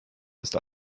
ist